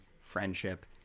friendship